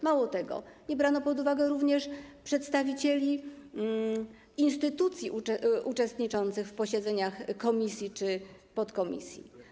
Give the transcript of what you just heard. Mało tego, nie brano pod uwagę również przedstawicieli instytucji, którzy uczestniczyli w posiedzeniach komisji czy podkomisji.